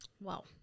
Wow